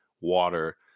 water